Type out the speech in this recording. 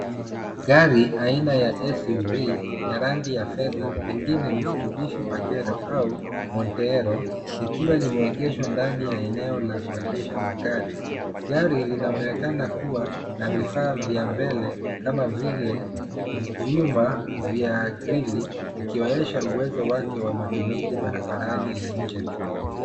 Gari ya aina ya suv ya rangi ya fedha pengine Mitsubishi pajero au Montero likiwa limeegeshwa ndani ya eneo la kuegesha magari , gari linaonekana kuwa na vifaa vya mbele kama vile vyuma vya grili ikionyesha uwezo wake wa matumizi barabaani ya nje.